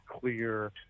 clear